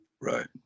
Right